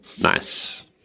Nice